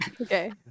Okay